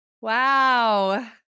Wow